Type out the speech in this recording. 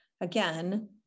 again